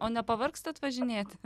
o nepavargstat važinėti